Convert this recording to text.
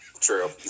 True